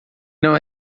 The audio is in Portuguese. não